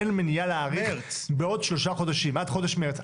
אין מניעה להאריך בעוד שלושה חודשים עד חודש מרץ.